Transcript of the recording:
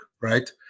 right